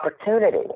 opportunity